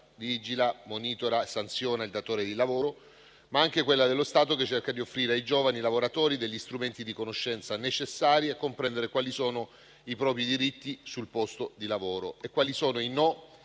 vigila, monitora e sanziona il datore di lavoro, ma cerca anche di offrire ai giovani lavoratori strumenti di conoscenza necessari a comprendere quali sono i propri diritti sul posto di lavoro e i no che